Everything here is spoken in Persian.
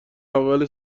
اول